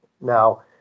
Now